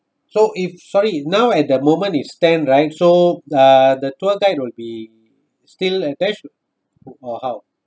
so if sorry now at the moment is ten right so uh the tour guide will be still attached or how